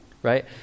right